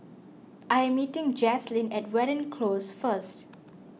I am meeting Jaslene at Watten Close first